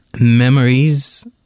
memories